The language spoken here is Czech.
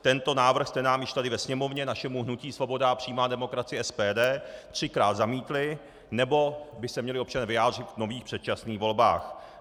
Tento návrh jste nám již tady ve Sněmovně, našemu hnutí Svoboda a přímá demokracie SPD, třikrát zamítli, nebo by se měli občané vyjádřit v nových předčasných volbách.